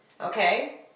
okay